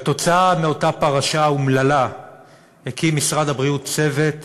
עקב אותה פרשה אומללה הקים משרד הבריאות צוות,